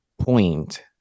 point